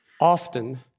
often